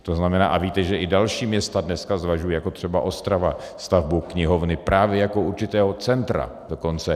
To znamená a víte, že i další města dneska zvažují, jako třeba Ostrava, stavbu knihovny právě jako určitého centra dokonce.